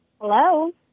Hello